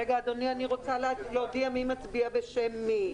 רגע, אני רוצה להודיע מי מצביע בשם מי.